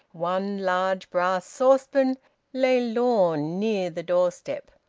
one large brass saucepan lay lorn near the doorstep,